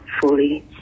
fully